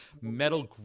metal